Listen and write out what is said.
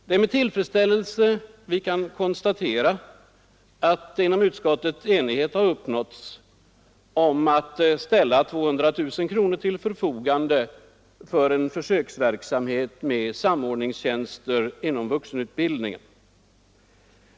Det är med tillfredsställelse vi kan konstatera att inom utskottet enighet har uppnåtts om att ställa 200 000 kronor till förfogande för en försöksverksamhet med samordningstjänster inom vuxenutbildningen.